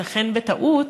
ייתכן שבטעות,